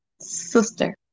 sister